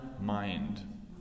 mind